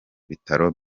bitaro